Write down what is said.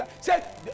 Say